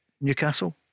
Newcastle